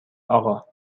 آقا